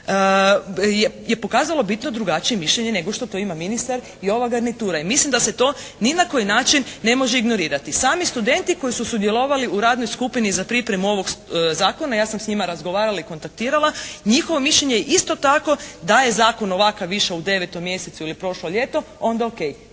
je pokazalo bitno drugačije mišljenje nego što to ima ministar i ova garnitura i mislim da se to ni na koji način ne može ignorirati. Sami studenti koji su sudjelovali u radnoj skupini za pripremu ovog zakona ja sam s njima razgovarala i kontaktirala njihovo mišljenje je isto tako da je zakon ovakav išao u devetom mjesecu ili prošlo ljeto onda o.k.